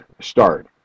start